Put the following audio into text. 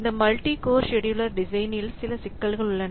இந்த multi core scheduler டிசைனில் சில சிக்கல்கள் உள்ளன